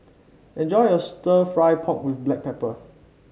enjoy your stir fry pork with Black Pepper